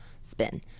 spin